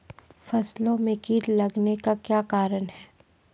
फसलो मे कीट लगने का क्या कारण है?